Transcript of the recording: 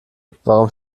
warum